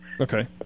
Okay